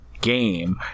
Game